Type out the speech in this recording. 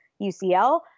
UCL